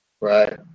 Right